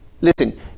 Listen